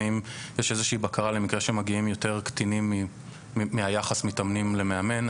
האם יש איזושהי בקרה למקרה שמגיעים יותר קטינים מהיחס מתאמנים למאמן?